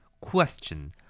Question